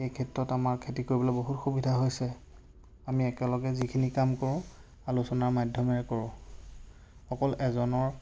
এই ক্ষেত্ৰত আমাৰ খেতি কৰিবলৈ বহুত সুবিধা হৈছে আমি একেলগে যিখিনি কাম কৰোঁ আলোচনাৰ মাধ্যমেৰে কৰোঁ অকল এজনৰ